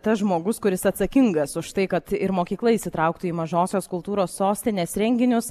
tas žmogus kuris atsakingas už tai kad ir mokykla įsitrauktų į mažosios kultūros sostinės renginius